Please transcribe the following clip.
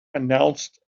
announced